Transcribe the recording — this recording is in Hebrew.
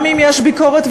גם אם יש ביקורת,